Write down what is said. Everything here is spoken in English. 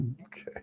Okay